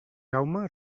jaume